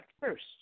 first